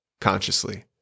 consciously